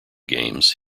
games